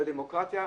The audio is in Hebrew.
בדמוקרטיה.